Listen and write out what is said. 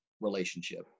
relationship